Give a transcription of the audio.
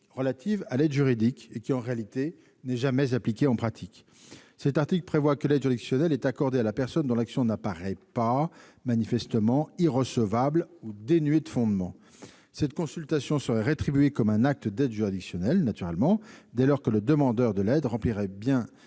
relative à l'aide juridique, qui, dans la réalité, n'a jamais été appliquée. L'article 52 prévoit que l'aide juridictionnelle est accordée à la personne dont l'action n'apparaît pas manifestement irrecevable ou dénuée de fondement. Cette consultation serait rétribuée comme un acte d'aide juridictionnelle dès lors que le demandeur de l'aide remplirait les